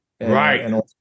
right